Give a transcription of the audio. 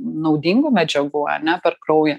naudingų medžiagų ane per kraują